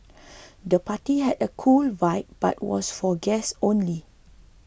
the party had a cool vibe but was for guests only